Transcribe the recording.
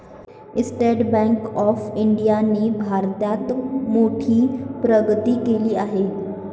state Bank of इंडियाने भारतात मोठी प्रगती केली आहे